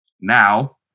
Now